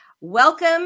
welcome